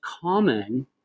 common